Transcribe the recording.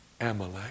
Amalek